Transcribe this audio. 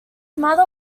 mother